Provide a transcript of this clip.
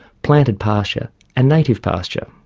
planted pasture and native pasture.